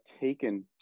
taken